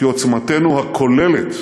כי עוצמתנו הכוללת